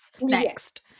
Next